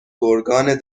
گرگان